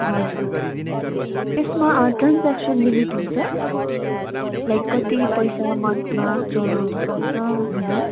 हजुर यसमा transaction limit हुन्छ लाइक कति पैसा मन्थमा चलाउन सक्छ भनेर